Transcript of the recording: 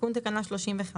תיקון תקנה 35